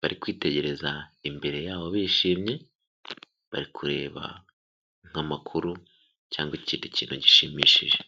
bari kwitegereza imbere yabo bishimye, bari kureba nk'amakuru cyangwa ikindi kintu gishimishije.